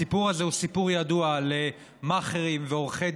הסיפור הזה הוא סיפור ידוע על מאכערים ועורכי